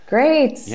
Great